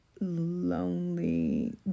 lonely